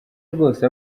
rwose